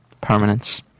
permanence